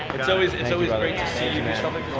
it's always it's always great to see